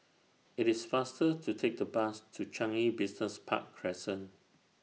IT IS faster to Take The Bus to Changi Business Park Crescent